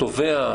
התובע,